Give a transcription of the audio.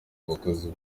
abakozi